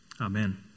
Amen